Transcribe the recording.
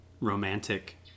romantic